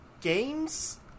games